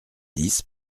dix